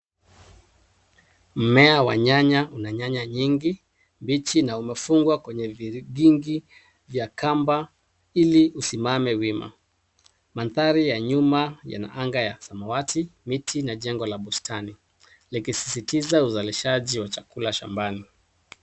Mmea wa nyanya una nyanya nyingi Viji na umefungwa kwenye virigingi vya kamba ili usimame wima. Mandari ya nyuma yake yana anga ya samawati na bustani likisisitiza uzalishaji wa chakula shambani.